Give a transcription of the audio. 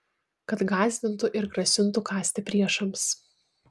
kad gąsdintų ir grasintų kąsti priešams